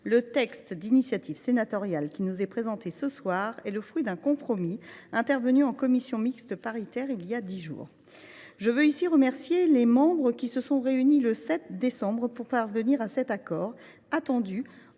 le texte d’initiative sénatoriale qui nous est présenté ce soir est le fruit d’un compromis intervenu en commission mixte paritaire voilà dix jours. Je veux ici remercier les membres de cette CMP, qui se sont réunis le 7 décembre dernier pour parvenir à cet accord attendu.